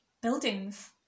buildings